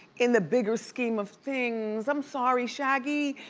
in the bigger scheme of things, i'm sorry, shaggy.